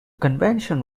convention